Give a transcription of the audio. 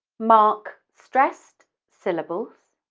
mark stressed syllables,